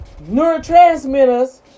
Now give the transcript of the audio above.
neurotransmitters